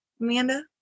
Amanda